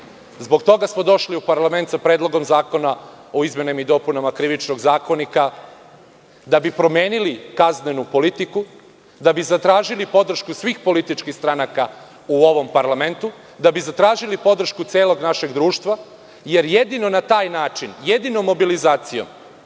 Zbog toga smo došli u parlament sa Predlogom zakona o izmenama i dopunama Krivičnog zakonika da bi promenili kaznenu politiku, da bi zatražili podršku svih političkih stranaka u ovom parlamentu, da bi zatražili podršku celog našeg društva, jer jedino na taj način, jedino mobilizacijom